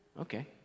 Okay